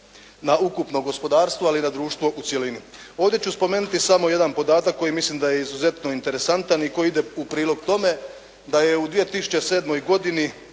na ukupno gospodarstvo, ali na društvo u cjelini. Ovdje ću spomenuti samo jedan podatak koji mislim da je izuzetno interesantan i koji ide u prilog tome da je u 2007. godini